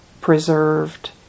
preserved